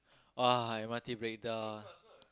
!wah! M_R_T breakdown